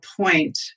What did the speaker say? point